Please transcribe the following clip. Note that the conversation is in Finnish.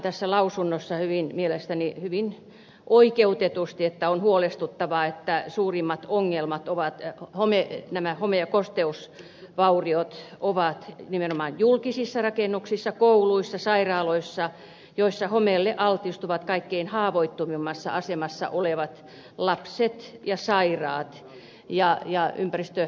tässä lausunnossa todetaan mielestäni hyvin oikeutetusti että on huolestuttavaa että suurimmat ongelmat ovat home ei nämä home ja kosteusvauriot ovat suurimmat nimenomaan julkisissa rakennuksissa kouluissa sairaaloissa joissa homeelle altistuvat kaikkein haavoittuvimmassa asemassa olevat lapset ja sairaat